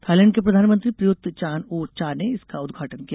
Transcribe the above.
Thailand के प्रधानमंत्री Prayut Chan o cha ने इसका उद्घाटन किया